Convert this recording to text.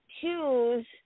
choose